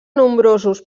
nombrosos